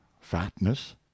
fatness